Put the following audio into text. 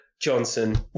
Johnson